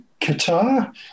Qatar